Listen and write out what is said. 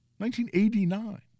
1989